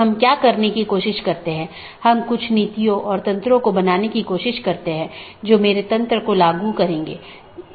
यदि स्रोत या गंतव्य में रहता है तो उस विशेष BGP सत्र के लिए ट्रैफ़िक को हम एक स्थानीय ट्रैफ़िक कहते हैं